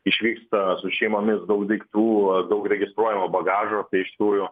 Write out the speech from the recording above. išvyksta su šeimomis daug daiktų daug registruojamo bagažo tai iš tikrųjų